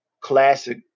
classic